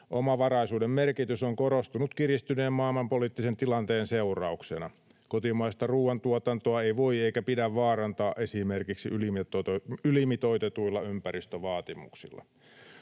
Omavaraisuuden merkitys on korostunut kiristyneen maailmanpoliittisen tilanteen seurauksena. Kotimaista ruuantuotantoa ei voi eikä pidä vaarantaa esimerkiksi ylimitoitetuilla ympäristövaatimuksilla.